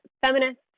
Feminists